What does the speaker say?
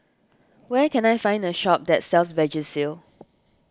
where can I find a shop that sells Vagisil